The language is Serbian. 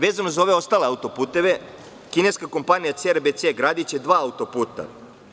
Vezano za ove ostale autoputeve, kineska kompanija CRBC gradiće dva autoputa.